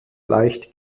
leicht